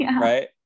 Right